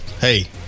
hey